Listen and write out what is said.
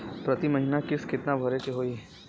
प्रति महीना किस्त कितना भरे के होई?